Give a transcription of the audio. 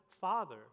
Father